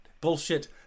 bullshit